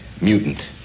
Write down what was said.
mutant